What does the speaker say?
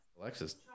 Alexis